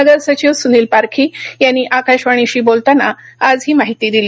नगरसचिव सुनील पारखी यांनी आकाशवाणीशी बोलताना आज ही माहिती दिली